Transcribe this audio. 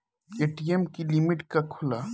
ATM की limit का होला?